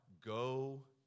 go